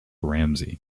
ramsay